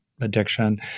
addiction